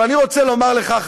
אבל אני רוצה לומר לך,